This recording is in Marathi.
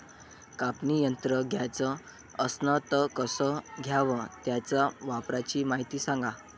कापनी यंत्र घ्याचं असन त कस घ्याव? त्याच्या वापराची मायती सांगा